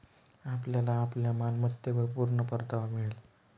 आपल्याला आपल्या मालमत्तेवर पूर्ण परतावा मिळेल